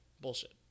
bullshit